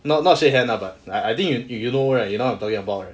not not shake hand lah but like I think you know right you know what I'm talking about